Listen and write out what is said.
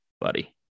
buddy